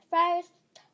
First